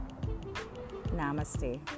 Namaste